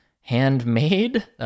handmade